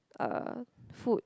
uh food